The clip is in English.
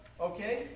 Okay